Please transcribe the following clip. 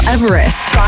Everest